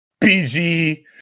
BG